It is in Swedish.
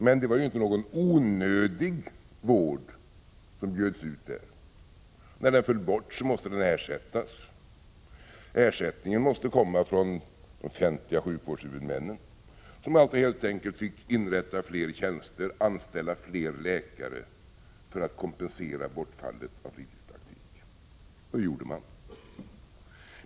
Men det var ju inte någon onödig vård som bjöds ut där. När den föll bort måste den ersättas. Ersättningen måste komma från de offentliga sjukvårdshuvudmännen som alltså helt enkelt fick inrätta fler tjänster, anställa fler läkare för att kompensera bortfallet av fritidspraktikerna, Och det gjorde man.